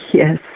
Yes